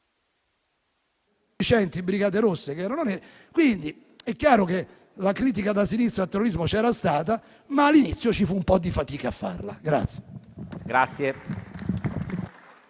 sedicenti brigate rosse che erano nere. Quindi, è chiaro che la critica da sinistra al terrorismo c'era stata, ma all'inizio ci fu un po' di fatica a farla.